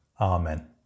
Amen